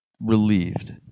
relieved